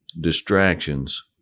distractions